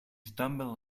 stumbled